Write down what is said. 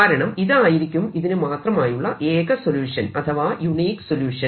കാരണം ഇതായിരിക്കും ഇതിനു മാത്രമായുള്ള ഏക സൊല്യൂഷൻ അഥവാ യുണീക് സൊല്യൂഷൻ